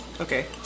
Okay